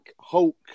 hulk